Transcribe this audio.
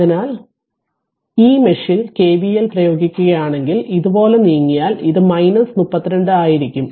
അതിനാൽ ഞാൻ ഈ മെഷിൽ KVL പ്രയോഗിക്കുകയാണെങ്കിൽ ഇതുപോലെ നീങ്ങിയാൽ ഇതു 32 ആയിരിക്കും